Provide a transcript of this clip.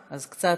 אז קצת,